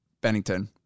Bennington